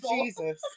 Jesus